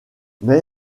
mais